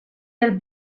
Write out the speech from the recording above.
del